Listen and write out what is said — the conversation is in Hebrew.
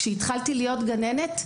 כשהתחלתי להיות גננת,